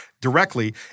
directly